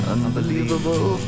Unbelievable